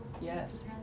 Yes